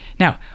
Now